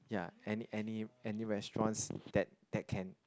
ya any any any restaurants that that can